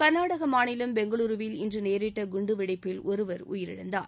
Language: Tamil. கர்நாடகா மாநில் பெங்களூருவில் இன்று நேரிட்ட குண்டு வெடிப்பில் ஒருவர் உயிரிழந்தார்